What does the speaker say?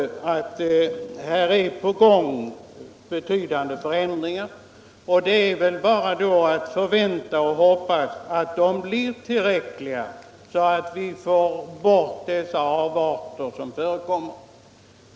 Nr 68 Fru Radesjö nämnde att betydande förändringar är att vänta, och det Onsdagen den är väl då bara att hoppas att dessa blir tillräckliga, så att vi får bort 18 februari 1976 de avarter som nu förekommer.